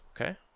Okay